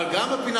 אבל גם בפינה,